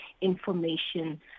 information